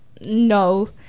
no